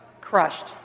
crushed